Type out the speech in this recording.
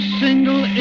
single